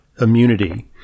immunity